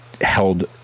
held